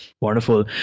Wonderful